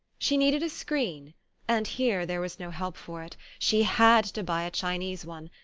she needed a screen and here there was no help for it, she had to buy a chinese one,